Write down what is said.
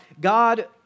God